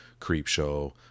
Creepshow